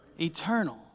Eternal